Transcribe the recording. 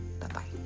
Bye-bye